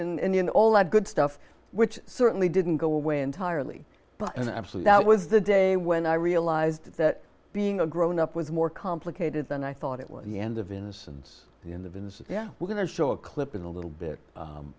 and in all that good stuff which certainly didn't go away entirely but as an absolute that was the day when i realized that being a grown up was more complicated than i thought it was the end of innocence in the vins yeah we're going to show a clip in a little bit